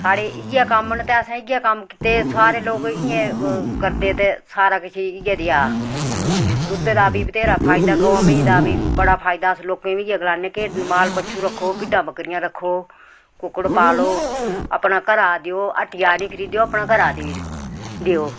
साढ़े इयै कम्म न ते असें इयै कम्म कीते सारे लोक इयां ई करदे ते सारा किश इयै देआ दुद्धै दा बी बत्थेरा फायदा गौ मेहीं दा बी बड़ा फायदा अस लोकें गी इयै गलाने कि माल बच्छु रखो भिड्डां बक्करियां रक्खो कुक्कड़ पालो अपना घरा देओ हट्टिया नेईं खरीदेओ अपना घरा दीज देओ